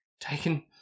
taken